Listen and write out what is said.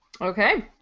Okay